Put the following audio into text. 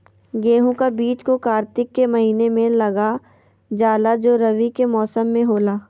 गेहूं का बीज को कार्तिक के महीना में लगा जाला जो रवि के मौसम में होला